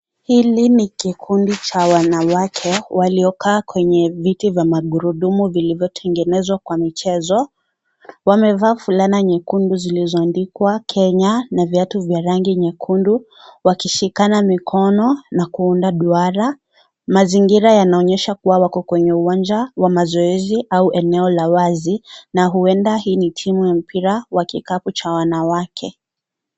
Hili ni kikundi cha wanawake waliokaa kwenye vitu vya magurudumu vilivyotengenezwa kwa michezo. Wamevaa fulana nyekundu zilizoandikwa Kenya na viatu vya rangi nyekundu. Wakishikana mikono na kuunda duara. Mazingira yanaonyesha kuwa wako kwenye uwanja wa mazoezi au eneo la wazi. Na huenda hii timu ya mpira wa kikapu cha wanawake.